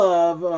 Love